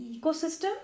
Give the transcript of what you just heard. ecosystem